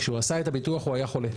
כשהוא עשה את הביטוח הוא היה חולה.